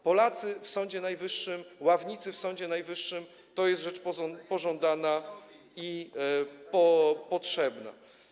Polacy w Sądzie Najwyższym, ławnicy w Sądzie Najwyższym to jest rzecz pożądana i potrzebna.